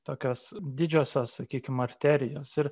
tokios didžiosios sakykim arterijos ir